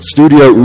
Studio